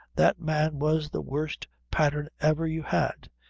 that man was the worst patthern ever you had.